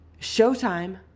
showtime